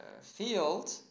field